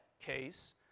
case